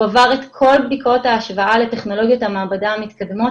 הוא עבר את כל בדיקות ההשוואה לטכנולוגיות המעבדה המתקדמות